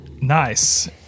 Nice